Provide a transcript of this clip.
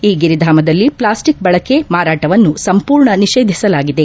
ಈ ಗಿರಿಧಾಮದಲ್ಲಿ ಪ್ಲಾಸ್ಟಿಕ್ ಬಳಕೆ ಮಾರಾಟವನ್ನು ಸಂಪೂರ್ಣ ನಿಷೇಧಿಸಲಾಗಿದೆ